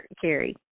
Carrie